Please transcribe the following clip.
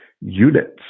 units